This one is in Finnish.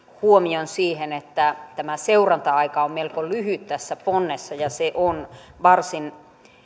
huomion siihen että tämä seuranta aika on melko lyhyt tässä ponnessa ja se on varsin